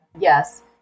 yes